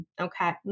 Okay